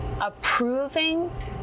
approving